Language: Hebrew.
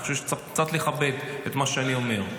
אני חושב שצריך קצת לכבד את מה שאני אומר.